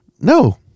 No